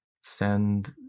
send